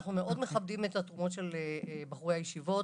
אנחנו מאוד מכבדים את התרומות של בחורי הישיבות